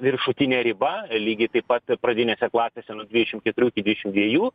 viršutinę ribą lygiai taip pat pradinėse klasėse nuo dvidešim keturių iki dvišim dviejų